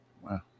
Wow